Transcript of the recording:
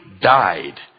died